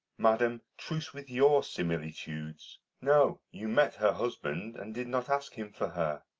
madam, truce with your similitudes no, you met her husband, and did not ask him for her.